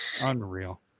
Unreal